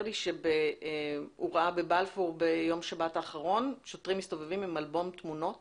לי שהוא ראה בבלפור בשבת האחרונה שוטרים מסתובבים עם אלבום תמונות